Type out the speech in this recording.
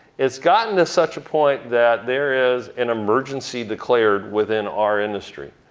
it's gotten to such a point that there is an emergency declared within our industry,